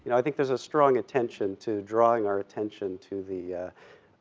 and i think there's a strong attention to drawing our attention to the,